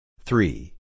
Three